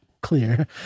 clear